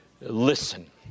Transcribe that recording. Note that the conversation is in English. Listen